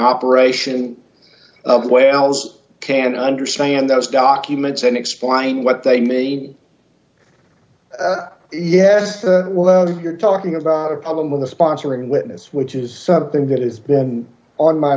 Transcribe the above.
operation where else can i understand those documents and explain what they mean yes well you're talking about a problem with the sponsoring witness which is something that has been on my